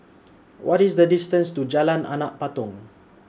What IS The distance to Jalan Anak Patong